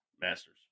Masters